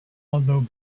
although